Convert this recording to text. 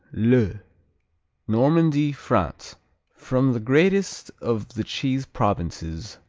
le normandy, france from the greatest of the cheese provinces,